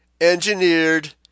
engineered